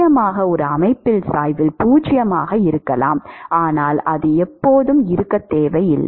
நிச்சயமாக ஒரு அமைப்பில் சாய்வு 0 ஆக இருக்கலாம் ஆனால் அது எப்போதும் இருக்க தேவை இல்லை